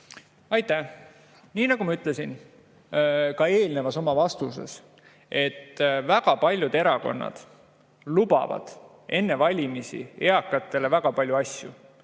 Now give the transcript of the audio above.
Aitäh! Nii nagu ma ütlesin ka oma eelmises vastuses, väga paljud erakonnad lubavad enne valimisi eakatele väga palju asju,